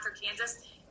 Kansas